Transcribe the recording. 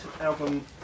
album